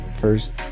first